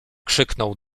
krzyknął